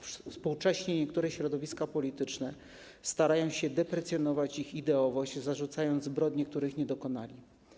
Współcześnie niektóre środowiska polityczne starają się deprecjonować ich ideowość, zarzucając zbrodnie, których nie dokonali.